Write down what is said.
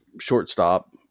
shortstop